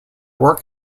work